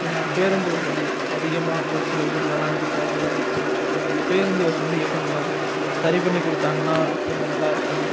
ஏன்னா பேருந்து வசதி அதிகமாக ஒரு சில ஊர்லலாம் இருக்காது அந்த பேருந்து வசதியை கொஞ்சம் சரி பண்ணி கொடுத்தாங்கன்னா கொஞ்சம் நல்லாருக்கும்